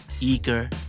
Eager